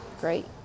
great